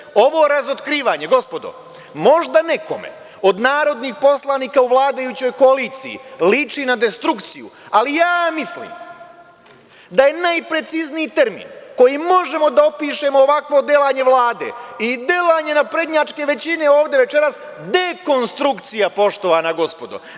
Pazite, ovo razotkrivanje, gospodo, možda nekome od narodnih poslanika u vladajućoj koaliciji liči na destrukciju, ali ja mislim da je najprecizniji termin kojim možemo da opišemo ovakvo delanje Vlade i delanje naprednjačke većine ovde večeras – dekonstrukcija, poštovana gospodo.